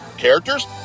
characters